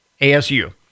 ASU